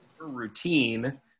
Routine